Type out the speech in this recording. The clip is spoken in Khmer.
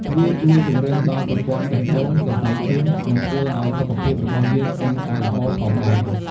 វាជួយពង្រឹងដល់ប្រព័ន្ធបេះដូង សរសៃឈាម និងធ្វើឱ្យសុខភាពរបស់យើងកាន់តែល្អផងដែរ។